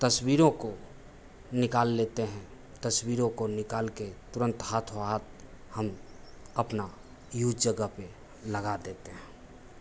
तस्वीरों को निकाल लेते हैं तस्वीरों को निकालकर तुरंत हाथों हाथ हम अपना यूज जगह पर लगा देते हैं